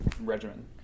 regimen